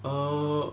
err